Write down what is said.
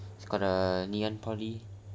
it's called err ngee ann poly